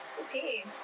Okay